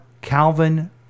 Calvin